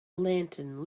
lantern